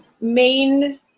main